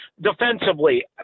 defensively